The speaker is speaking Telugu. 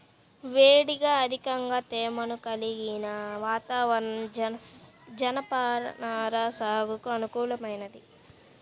వేడిగా అధిక తేమను కలిగిన వాతావరణం జనపనార సాగుకు అనుకూలమైంది